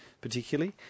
particularly